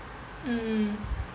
mm